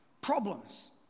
Problems